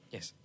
Yes